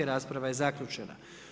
Rasprava je zaključena.